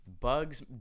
Bugs